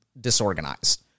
disorganized